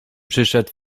przyszedł